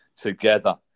together